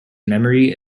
memory